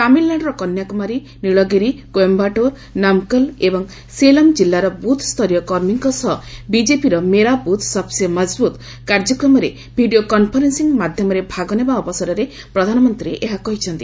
ତାମିଲ୍ନାଡୁର କନ୍ୟାକୁମାରୀ ନୀଳଗିରି କୋଏୟାଟୁର୍ ନମକଲ୍ ଏବଂ ସେଲମ୍ ଜିଲ୍ଲାର ବୁଥ୍ୟରୀୟ କର୍ମୀଙ୍କ ସହ ବିଜେପିର 'ମେରା ବୁଥ୍ ସବ୍ସେ ମଜବୁତ୍' କାର୍ଯ୍ୟକ୍ରମରେ ଭିଡ଼ିଓ କନ୍ଫରେନ୍ସିଂ ମାଧ୍ୟମରେ ଭାଗ ନେବା ଅବସରରେ ପ୍ରଧାନମନ୍ତ୍ରୀ ଏହା କହିଛନ୍ତି